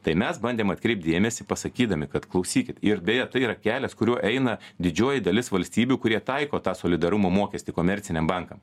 tai mes bandėm atkreipt dėmesį pasakydami kad klausykit ir deja tai yra kelias kuriuo eina didžioji dalis valstybių kurie taiko tą solidarumo mokestį komerciniam bankam